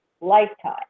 lifetime